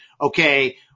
okay